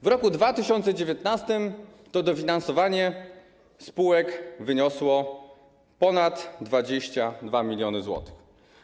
W roku 2019 to dofinansowanie spółek wyniosło ponad 22 mln zł.